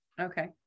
Okay